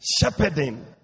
shepherding